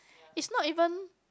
is not even